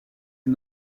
est